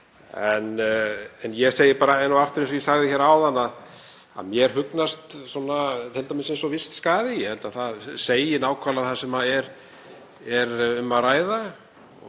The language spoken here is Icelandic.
Ég segi bara enn og aftur, eins og ég sagði hér áðan, að mér hugnast t.d. vistskaði, ég held að það segi nákvæmlega það sem er um að ræða,